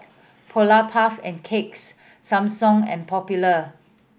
Polar Puff and Cakes Samsung and Popular